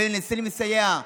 ומנסים לסייע,